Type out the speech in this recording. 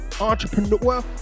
entrepreneur